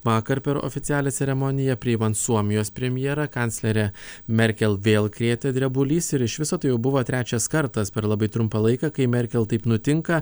vakar per oficialią ceremoniją priimant suomijos premjerą kanclerę merkel vėl krėtė drebulys ir iš viso tai jau buvo trečias kartas per labai trumpą laiką kai merkel taip nutinka